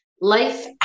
life